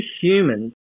humans